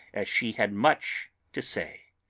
as she had much to say.